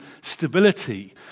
stability